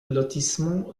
lotissement